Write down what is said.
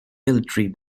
military